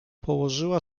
położyła